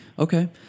Okay